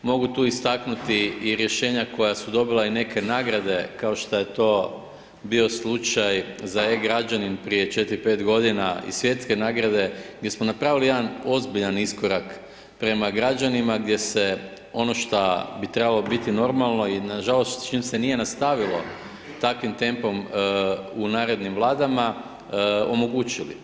Mogu tu istaknuti i rješenja koja su dobila i neke nagrade, kao što je to bio slučaj za e-građanin prije četiri, pet godina i svjetske nagrade gdje smo napravili jedan iskorak prema građanima gdje se ono šta bi trebalo biti normalno i nažalost s čim se nije nastavilo takvim tempom u narednim vladama, omogućili.